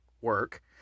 work